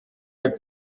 avec